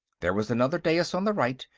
there was another dais on the right,